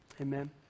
Amen